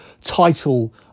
title